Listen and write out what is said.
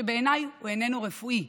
שבעיניי הוא איננו רפואי,